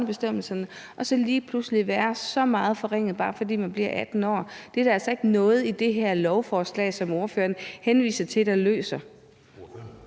børnebestemmelserne, til lige pludselig at få så stor en forringelse, bare fordi man bliver 18 år? Det er der altså ikke noget i det her lovforslag, ordføreren henviser til, der løser.